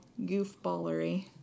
goofballery